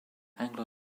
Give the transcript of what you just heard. anglo